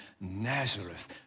Nazareth